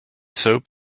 soap